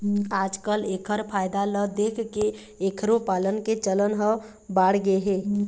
आजकाल एखर फायदा ल देखके एखरो पालन के चलन ह बाढ़गे हे